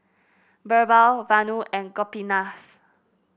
BirbaL Vanu and Gopinath